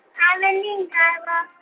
hi, mindy and guy raz.